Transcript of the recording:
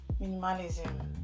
Minimalism